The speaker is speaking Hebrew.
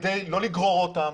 כיד לא לגרור אותם,